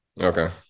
Okay